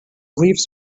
leaves